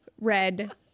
red